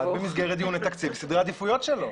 במסגרת דיוני תקציב בסדרי עדיפויות שלו,